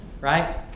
right